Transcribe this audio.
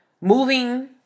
moving